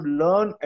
learn